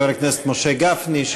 חבר הכנסת משה גפני,